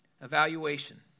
Evaluation